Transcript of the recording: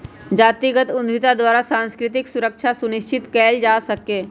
जातिगत उद्यमिता द्वारा सांस्कृतिक सुरक्षा सुनिश्चित कएल जा सकैय